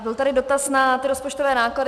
Byl tady dotaz na ty rozpočtové náklady.